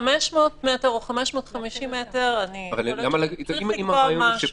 500 מטר או 550 מטר צריך לקבוע משהו.